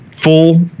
full